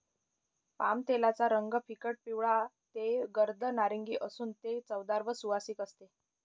पामतेलाचा रंग फिकट पिवळा ते गर्द नारिंगी असून ते चवदार व सुवासिक असते